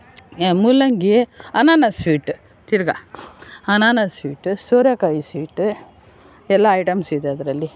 ಮೂಲಂಗಿ ಅನಾನಸ್ ಸ್ವೀಟ್ ತಿರುಗ ಅನಾನಸ್ ಸ್ವೀಟ್ ಸೋರೆಕಾಯಿ ಸ್ವೀಟ್ ಎಲ್ಲ ಐಟಮ್ಸ್ ಇದೆ ಅದರಲ್ಲಿ